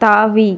தாவி